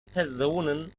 personen